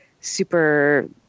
super